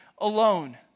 alone